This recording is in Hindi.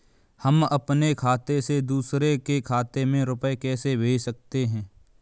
हम अपने खाते से दूसरे के खाते में रुपये कैसे भेज सकते हैं?